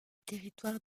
territoire